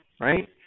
right